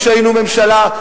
כשהיינו ממשלה,